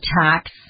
tax